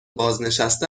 بازنشسته